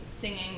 singing